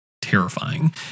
terrifying